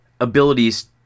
abilities